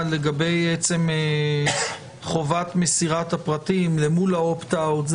לגבי עצם חובת מסירת הפרטים למול האופט אאוט.